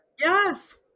Yes